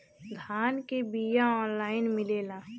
धान के बिया ऑनलाइन मिलेला?